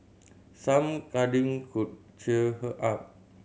some cuddling could cheer her up